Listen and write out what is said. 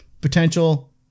Potential